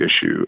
issue